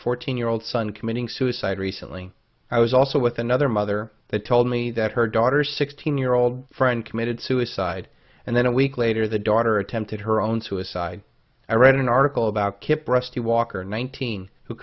fourteen year old son committing suicide recently i was also with another mother that told me that her daughter sixteen year old friend committed suicide and then a week later the daughter attempted her own suicide i read an article about kip rusty walker in